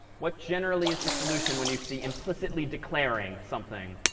what generally is the solution when you see implicitly declaring something?